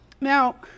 Now